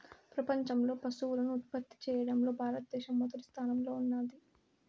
ప్రపంచంలో పసుపును ఉత్పత్తి చేయడంలో భారత దేశం మొదటి స్థానంలో ఉన్నాది